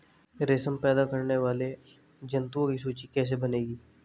रेशम पैदा करने वाले जंतुओं की सूची कैसे बनेगी?